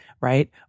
right